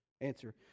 answer